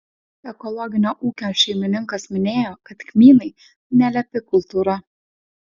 ekologinio ūkio šeimininkas minėjo kad kmynai nelepi kultūra